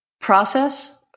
process